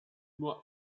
nur